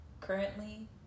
currently